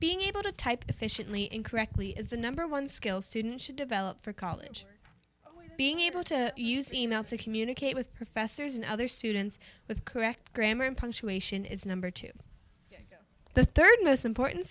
being able to type efficiently incorrectly is the number one skill student should develop for college being able to use e mail to communicate with professors and other students with correct grammar and punctuation is number two the third most important